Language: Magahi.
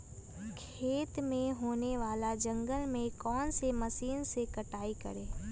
खेत में होने वाले जंगल को कौन से मशीन से कटाई करें?